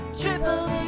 triple